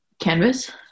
canvas